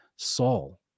Saul